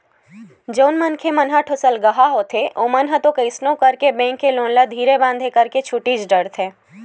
जउन मनखे मन ह ठोसलगहा होथे ओमन ह तो कइसनो करके बेंक के लोन ल धीरे बांधे करके छूटीच डरथे